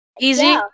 Easy